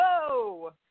whoa